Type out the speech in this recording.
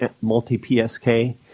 multi-PSK